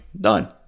done